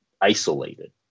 isolated